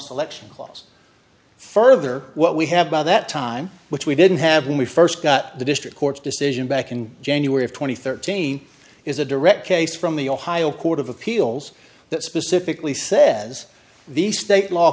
selection clause further what we have by that time which we didn't have when we first got the district court's decision back in january of two thousand and thirteen is a direct case from the ohio court of appeals that specifically says the state law